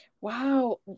Wow